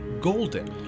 Golden